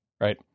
right